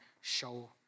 show